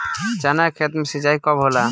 चना के खेत मे सिंचाई कब होला?